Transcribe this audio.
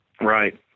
Right